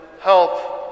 help